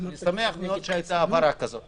אני שמח מאוד שהייתה הבהרה כזאת.